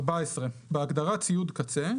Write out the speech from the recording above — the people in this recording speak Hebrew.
(14) "בהגדרה "ציוד קצה",